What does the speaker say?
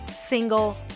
single